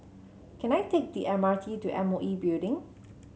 can I take the M R T to M O E Building